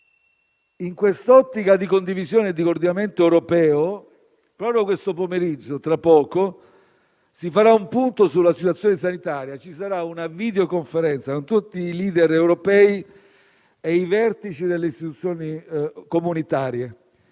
In quest'ottica di condivisione e di coordinamento europeo, proprio questo pomeriggio - tra poco - si farà un punto sulla situazione sanitaria. Ci sarà una videoconferenza con tutti i *leader* europei e i vertici delle istituzioni comunitarie.